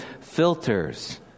filters